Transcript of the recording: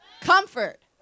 comfort